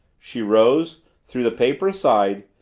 she rose, threw the paper aside,